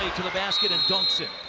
to the basket and dunks it.